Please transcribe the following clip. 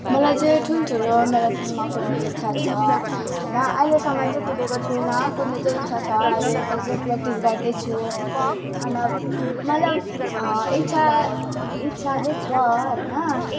मलाई चाहिँ ठुल्ठुलो म्याराथनमा कुद्ने इच्छा छ होइन अहिलेसम्म चाहिँ कुदेको छुइनँ कुद्ने चाहिँ इच्छा छ अहिले चाहिँ प्र्याक्टिस गर्दैछु अन्त मतलब इच्छा इच्छा चाहिँ छ होइन